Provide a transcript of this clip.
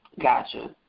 Gotcha